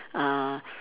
uh